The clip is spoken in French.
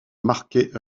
marquet